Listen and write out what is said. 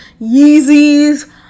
Yeezys